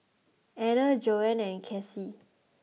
Anner Joan and Cassie